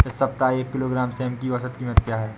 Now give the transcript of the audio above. इस सप्ताह एक किलोग्राम सेम की औसत कीमत क्या है?